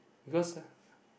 because